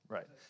Right